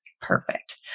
Perfect